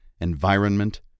environment